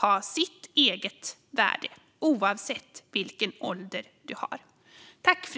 ha sitt eget värde, oavsett vilken ålder man har.